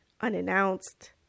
unannounced